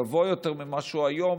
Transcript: גבוה יותר ממה שהוא היום,